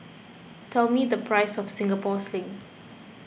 tell me the price of Singapore Sling